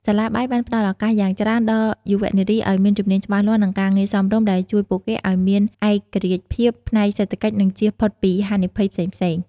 សាលាបាយបានផ្តល់ឱកាសយ៉ាងច្រើនដល់យុវនារីឱ្យមានជំនាញច្បាស់លាស់ និងការងារសមរម្យ ដែលជួយពួកគេឱ្យមាន ឯករាជ្យភាពផ្នែកសេដ្ឋកិច្ច និងចៀសផុតពីហានិភ័យផ្សេងៗ។